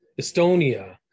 Estonia